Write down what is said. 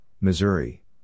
Missouri